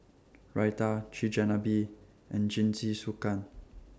Raita Chigenabe and Jingisukan